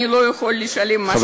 אני לא יכול לשלם משכנתה,